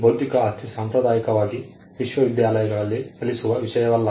ಬೌದ್ಧಿಕ ಆಸ್ತಿ ಸಾಂಪ್ರದಾಯಿಕವಾಗಿ ವಿಶ್ವವಿದ್ಯಾಲಯಗಳಲ್ಲಿ ಕಲಿಸುವ ವಿಷಯವಲ್ಲ